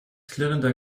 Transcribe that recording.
klirrender